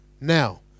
Now